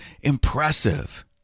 impressive